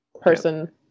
person